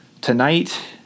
tonight